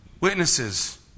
Witnesses